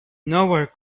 nowhere